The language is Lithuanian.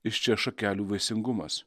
iš čia šakelių vaisingumas